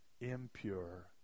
impure